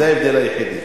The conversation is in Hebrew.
זה ההבדל היחידי.